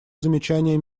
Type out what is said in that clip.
замечание